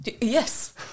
Yes